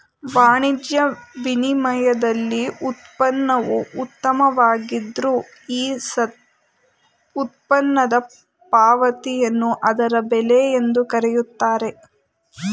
ವಾಣಿಜ್ಯ ವಿನಿಮಯದಲ್ಲಿ ಉತ್ಪನ್ನವು ಉತ್ತಮವಾಗಿದ್ದ್ರೆ ಈ ಉತ್ಪನ್ನದ ಪಾವತಿಯನ್ನು ಅದರ ಬೆಲೆ ಎಂದು ಕರೆಯುತ್ತಾರೆ